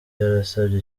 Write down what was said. yarasabye